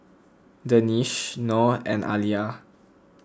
Danish Noh and Alya